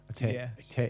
Yes